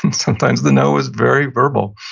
sometimes the no was very verbal.